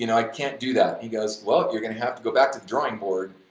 you know i can't do that. he goes, well, you're gonna have to go back to the drawing board.